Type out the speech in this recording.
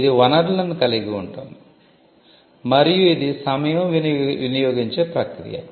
ఇది వనరులను కలిగి ఉంటుంది మరియు ఇది సమయం వినియోగించే ప్రక్రియ